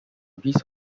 piece